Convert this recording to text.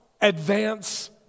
Advance